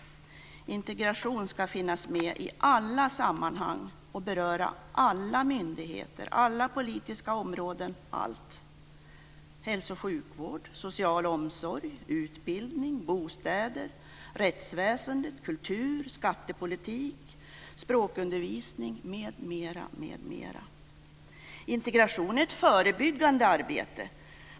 Den ska finnas med i alla sammanhang och beröra alla myndigheter och alla politiska områden. Det gäller hälso och sjukvård, social omsorg, utbildning, bostäder, rättsväsende, kultur, skattepolitik, språkundervisning m.m. Integration är ett förebyggande arbete.